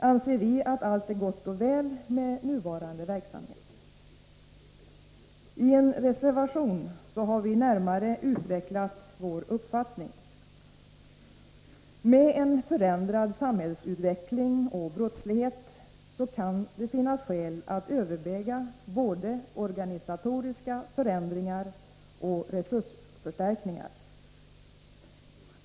Anser vi att allt är gott och väl med nuvarande verksamhet? I en reservation har vi närmare utvecklat vår uppfattning. Med 109 en förändrad samhällsutveckling och brottslighet kan det finnas skäl att överväga både organisatoriska förändringar och resursförstärkningar.